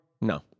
No